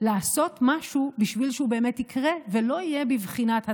לעשות משהו בשביל שהוא באמת יקרה ולא יהיה בבחינת הצהרה.